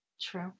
True